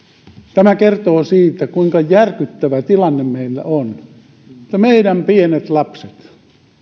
tämä kertoo siitä kuinka järkyttävä tilanne meillä on että meidän pienet lapset